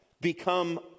become